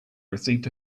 received